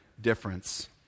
difference